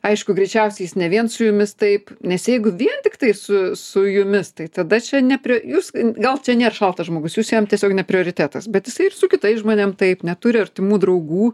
aišku greičiausiai jis ne vien su jumis taip nes jeigu vien tiktai su su jumis tai tada čia ne jūs gal čia nėr šaltas žmogus jūs jam tiesiog ne prioritetas bet jisai ir su kitais žmonėm taip neturi artimų draugų